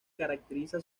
caracteriza